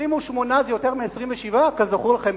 28 זה יותר מ-27 כזכור לכם,